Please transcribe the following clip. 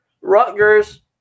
Rutgers